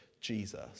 Jesus